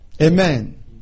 Amen